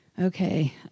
Okay